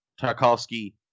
Tarkovsky